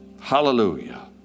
hallelujah